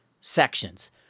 sections